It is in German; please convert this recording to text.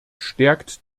stärkt